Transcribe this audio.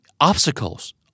obstacles